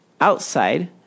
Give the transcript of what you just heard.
Outside